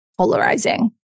Polarizing